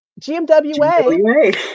GMWA